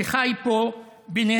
שחי פה בינינו.